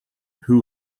who